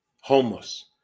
homeless